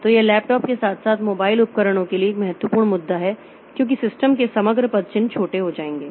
तो यह लैपटॉप के साथ साथ मोबाइल उपकरणों के लिए एक महत्वपूर्ण मुद्दा है क्योंकि सिस्टम के समग्र पदचिह्न छोटे हो जाएंगे